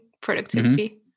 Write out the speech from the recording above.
productivity